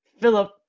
Philip